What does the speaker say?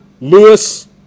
Lewis